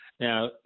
Now